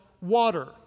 water